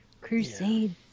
Crusade